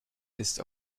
ist